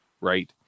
right